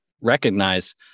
recognize